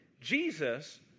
Jesus